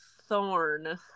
thorn